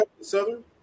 Southern